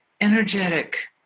energetic